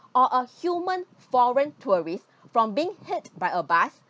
or a human foreign tourists from being hit by a bus